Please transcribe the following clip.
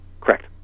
Correct